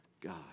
God